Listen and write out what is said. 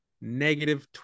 negative